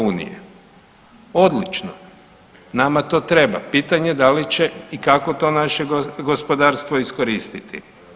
Odlično, nama to treba, pitanje da li će i kako to naše gospodarstvo iskoristiti.